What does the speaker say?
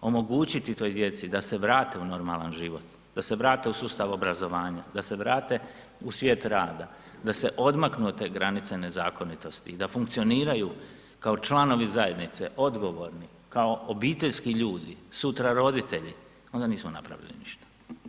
omogućiti toj djeci da se vrate u normalan život, da se vrate u sustav obrazovanja, da se vrate u svijet rada, da se odmaknu od te granice nezakonitosti i da funkcioniraju kao članovi zajednice odgovorni, kao obiteljski ljudi, sutra roditelji, onda nismo napravili ništa.